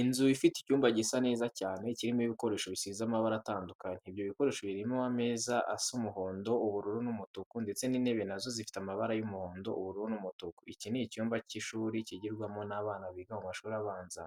Inzu ifite icyumba gisa neza cyane, kirimo ibikoresho bisize amabara atandukanye. Ibyo bikoresho birimo imeza asa umuhondo, ubururu n'umutuku ndetse n'intebe na zo zifite amabara y'umuhondo, ubururu n'umutuku. Iki ni icyumba cy'ushuri kigirwamo n'abana biga mu mashuri abanza,